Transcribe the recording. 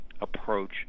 approach